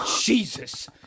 Jesus